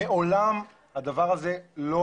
מעולם הדבר הזה לא